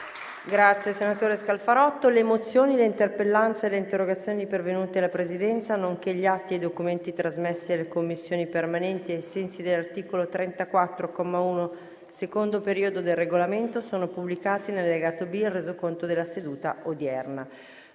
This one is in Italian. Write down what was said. apre una nuova finestra"). Le mozioni, le interpellanze e le interrogazioni pervenute alla Presidenza, nonché gli atti e i documenti trasmessi alle Commissioni permanenti ai sensi dell'articolo 34, comma 1, secondo periodo, del Regolamento sono pubblicati nell'allegato B al Resoconto della seduta odierna.